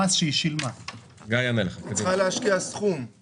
הצבעה ההסתייגות לא